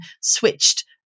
switched